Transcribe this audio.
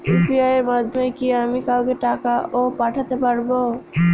UPI এর মাধ্যমে কি আমি কাউকে টাকা ও পাঠাতে পারবো?